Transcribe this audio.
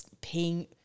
paying